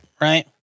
right